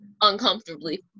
uncomfortably